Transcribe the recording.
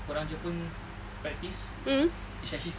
orang jepun practice is actually fake